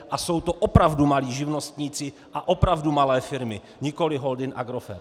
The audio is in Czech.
A jsou to opravdu malí živnostníci a opravdu malé firmy, nikoli holding Agrofert.